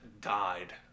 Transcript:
died